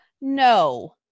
No